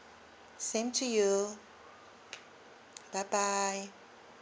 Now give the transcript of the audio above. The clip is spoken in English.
same to you bye bye